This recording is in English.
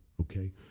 Okay